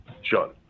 sean